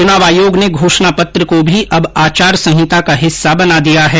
चुनाव आयोग ने घोषणा पत्र को भी अब आचार संहिता का हिस्सा बना दिया है